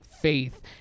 Faith